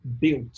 built